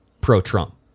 pro-Trump